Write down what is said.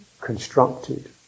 constructed